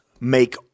make